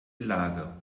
lage